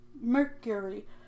Mercury